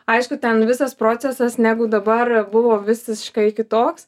aišku ten visas procesas negu dabar buvo visiškai kitoks